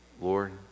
Lord